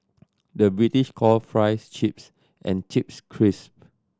the British call fries chips and chips crisp